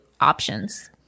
options